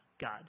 God